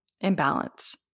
imbalance